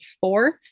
fourth